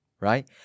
right